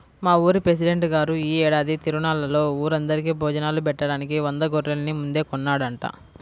మా ఊరి పెసిడెంట్ గారు యీ ఏడాది తిరునాళ్ళలో ఊరందరికీ భోజనాలు బెట్టడానికి వంద గొర్రెల్ని ముందే కొన్నాడంట